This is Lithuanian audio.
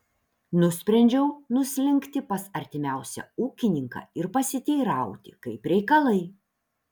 nusprendžiau nuslinkti pas artimiausią ūkininką ir pasiteirauti kaip reikalai